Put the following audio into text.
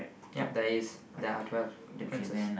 yup there is there are twelve differences